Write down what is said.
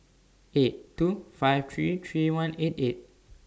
eight two five three three one eight eight